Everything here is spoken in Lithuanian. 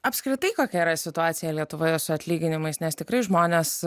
apskritai kokia yra situacija lietuvoje su atlyginimais nes tikrai žmonės